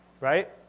Right